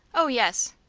oh, yes.